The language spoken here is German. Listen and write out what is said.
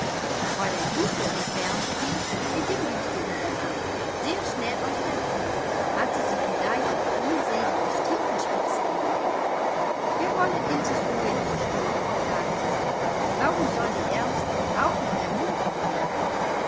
fräulein güssow entfernte sich mit dem lichte in der hand sehr schnell aus der thür hatte sie vielleicht die unselige stiefelspitze entdeckt wir wollen ilses ruhe nicht stören sagte sie warum soll die aermste auch noch ermuntert werden